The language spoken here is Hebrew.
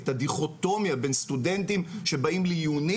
את הדיכוטומיה בין סטודנטים שבאים לעיוני